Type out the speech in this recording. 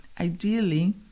Ideally